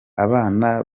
abana